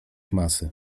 masy